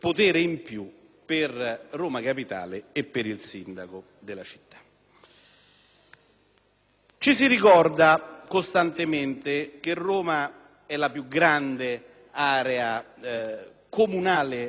per Roma capitale e per il sindaco della città. Ci si ricorda costantemente che Roma è la più grande area comunale d'Europa,